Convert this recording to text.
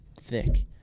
thick